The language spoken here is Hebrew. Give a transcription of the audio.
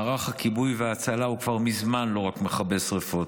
מערך הכיבוי וההצלה כבר מזמן לא רק מכבה שרפות,